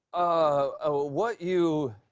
oh, oh, what you.